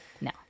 No